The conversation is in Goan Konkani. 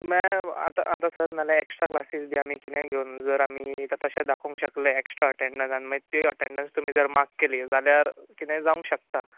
आतां सर ना जाल्यार एक्स्ट्रा क्लासीस बी आमी कितें घेवन जर आमी तशे दाखोवंक शकले एक्स्ट्रा अटँडंस आनी मागीर ती एटँडंस जर मार्क केली जाल्यार कितेंय जावंक शकता